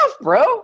bro